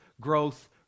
growth